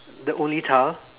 the only child